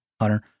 Hunter